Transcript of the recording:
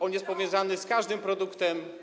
On jest powiązany z każdym produktem.